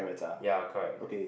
ya correct